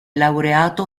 laureato